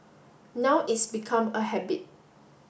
now it's become a habit